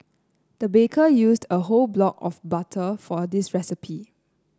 the baker used a whole block of butter for this recipe